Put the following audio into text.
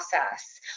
process